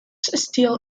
still